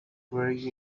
vary